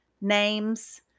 names